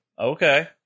Okay